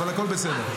אבל הכול בסדר.